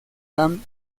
dame